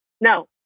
no